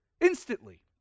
Instantly